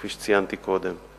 כפי שציינתי קודם.